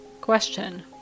Question